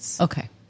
Okay